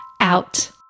out